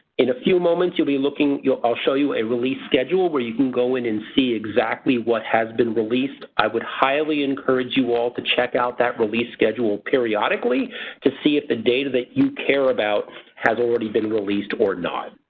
in a few moments you'll be looking i'll show you a release schedule where you can go in and see exactly what has been released. i would highly encourage you all to check out that release schedule periodically to see if the data that you care about has already been released or not.